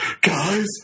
guys